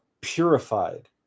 purified